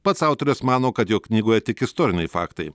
pats autorius mano kad jo knygoje tik istoriniai faktai